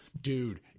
Dude